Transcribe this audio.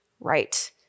right